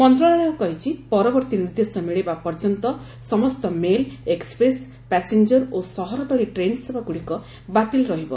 ମନ୍ତ୍ରଶାଳୟ କହିଛି ପରବର୍ତ୍ତୀ ନିର୍ଦ୍ଦେଶ ମିଳିବା ପର୍ଯ୍ୟନ୍ତ ସମସ୍ତ ମେଲ୍ ଏକ୍ନପ୍ରେସ୍ପାସେଞ୍ଜର ଓ ସହର ତଳି ଟ୍ରେନ୍ସେବା ଗୁଡ଼ିକ ବାତିଲ ରହିବ